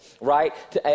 right